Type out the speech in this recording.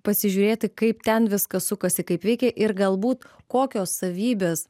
pasižiūrėti kaip ten viskas sukasi kaip veikia ir galbūt kokios savybės